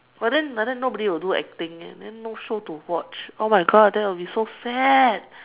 but then like that nobody will do acting eh no show to watch oh my God that will be so sad